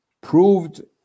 proved